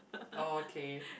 oh okay